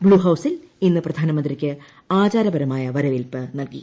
blue ഹൌസിൽ ഇന്ന് പ്രധാനമന്ത്രിക്ക് ആചാരപരമായ വരവേൽപ്പ് നൽകി